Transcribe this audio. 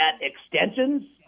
extensions